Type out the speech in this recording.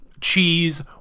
cheese